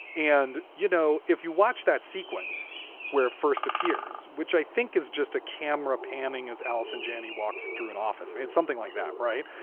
and, you know, if you watch that sequence where first appears, which i think is just a camera panning as allison janney walks through an office and something like that. right.